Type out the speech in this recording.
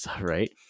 right